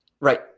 Right